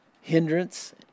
hindrance